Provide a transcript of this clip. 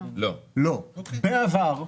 בעבר,